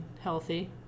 healthy